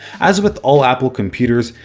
as with all apple computers,